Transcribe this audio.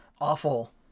awful